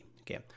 okay